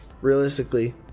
realistically